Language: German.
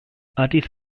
addis